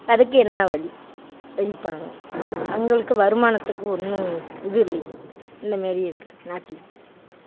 அதுக்கு என்ன வழி வழிப்பண்ணும் அவங்களுக்கு வருமானத்துக்கு ஒன்றும் இது இல்லைங்க இந்த மாரி இருக்குது நாட்டியம்